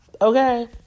Okay